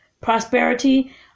prosperity